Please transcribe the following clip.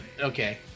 Okay